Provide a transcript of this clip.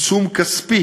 עיצום כספי